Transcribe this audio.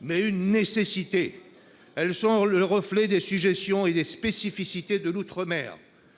mais une nécessité ! Elles sont le reflet des sujétions et des spécificités de l'outre-mer.